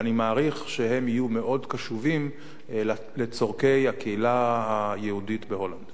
ואני מעריך שהם יהיו מאוד קשובים לצורכי הקהילה היהודית בהולנד.